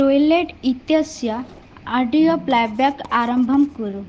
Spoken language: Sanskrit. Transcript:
ट्विलैट् इत्यस्य आडियो प्लेब्याक् आरम्भं कुरु